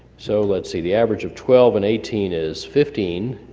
so let's see the average of twelve and eighteen is fifteen,